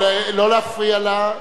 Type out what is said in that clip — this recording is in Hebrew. לא להפריע לה,